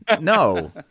no